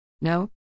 No